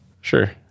Sure